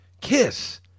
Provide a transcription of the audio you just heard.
Kiss